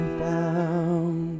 found